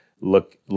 look